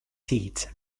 seat